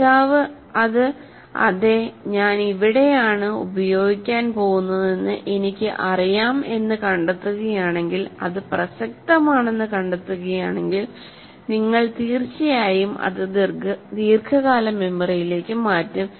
പഠിതാവ് അത് അതെ ഞാൻ എവിടെയാണ് ഉപയോഗിക്കാൻ പോകുന്നതെന്ന് എനിക്ക് അറിയാം എന്ന് കണ്ടെത്തുകയാണെങ്കിൽ അത് പ്രസക്തമാണെന്ന് കണ്ടെത്തുകയാണെങ്കിൽ നിങ്ങൾ തീർച്ചയായും അത് ദീർഘകാല മെമ്മറിയിലേക്ക് മാറ്റും